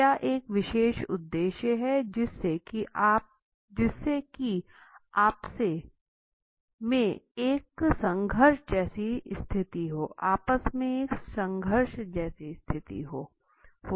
क्या एक विशेष उद्देश्य है जिससे की आपस में एक संघर्ष जैसी स्तिथी है